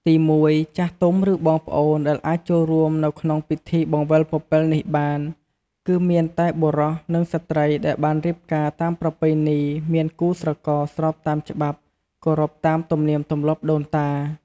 ទីមួយ ចាស់ទុំ ឬបងប្អូន ដែលអាចចូលរួមនៅក្នុងពិធីបង្វិលពពិលនេះបាន គឺមានតែបុរស និងស្រី្តដែលបានរៀបការតាមប្រពៃណីមានគូស្រករស្របតាមច្បាប់គោរពតាមទំនៀមទម្លាប់ដូនតា ។